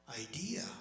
idea